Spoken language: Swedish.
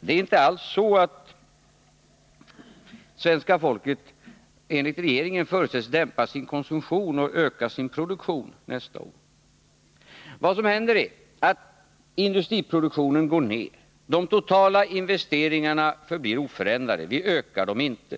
Det är inte alls så att svenska folket enligt regeringen förutsätts dämpa sin konsumtion och öka sin produktion under nästa år. Det är inte alls så. Vad som händer är att industriproduktionen går ner. De totala investeringarna förblir oförändrade —- vi ökar dem inte.